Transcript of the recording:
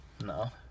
No